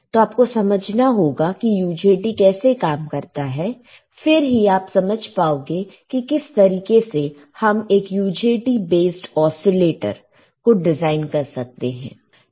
तो आप को समझना होगा कि UJT कैसे काम करता है फिर ही आप समझ पाओगे कि किस तरीके से हम एक UJT बेस्ड ओसीलेटर को डिजाइन कर सकते हैं